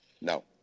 No